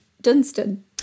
Dunstan